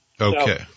Okay